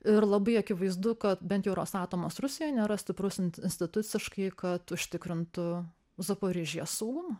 ir labai akivaizdu kad bent jau yra statomos rusijoje nėra stiprus instituciškai kad užtikrintų zaporižije saugumą